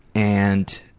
and